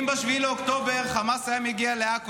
אם ב-7 באוקטובר חמאס היה מגיע לעכו,